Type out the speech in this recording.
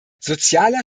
sozialer